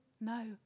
no